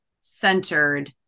centered